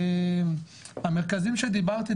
המרכזים שדיברתי,